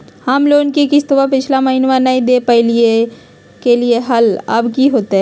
हम लोन के किस्तवा पिछला महिनवा नई दे दे पई लिए लिए हल, अब की होतई?